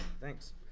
Thanks